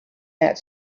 that